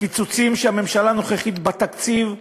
הקיצוצים של הממשלה הנוכחית בתקציב ה"דרמטי",